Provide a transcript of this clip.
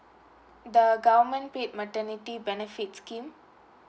the government paid maternity benefits scheme